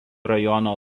rajono